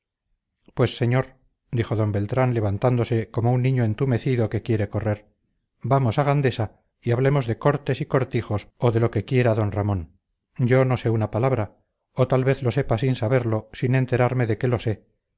pues señor dijo d beltrán levantándose como un niño entumecido que quiere correr vamos a gandesa y hablemos de cortes y cortijos o de lo que quiera d ramón yo no sé una palabra o tal vez lo sepa sin saberlo sin enterarme de que lo sé